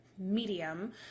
medium